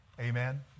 Amen